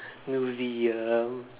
museum